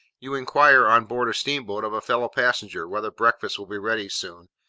you inquire, on board a steamboat, of a fellow-passenger, whether breakfast will be ready soon,